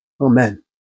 Amen